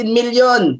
million